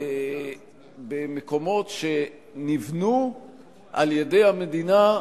במקומות שנבנו על-ידי המדינה,